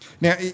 Now